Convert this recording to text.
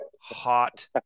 hot